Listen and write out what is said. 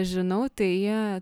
žinau tai jie